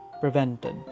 prevented